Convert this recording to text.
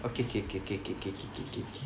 okay K K K K K K K